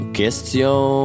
question